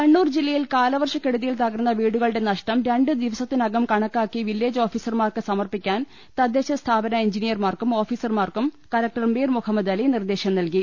കണ്ണൂർ ജില്ലയിൽ കാലവർഷകെടുതിയിൽ തകർന്ന വീടുകളുടെ നഷ്ടം രണ്ട് ദിവസത്തിനകം കണക്കാക്കി വില്ലേജ് ഓഫീസർമാർക്ക് സമർപ്പിക്കാൻ തദ്ദേശ സ്ഥാപന എഞ്ചിനീയർമാർക്കും ഓഫീസർമാർക്കും കലക്ടർ മീർ മുഹമ്മദാലി നിർദ്ദേശം നൽകി